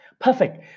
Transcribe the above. Perfect